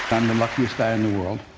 i'm the luckiest guy in the world.